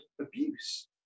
abuse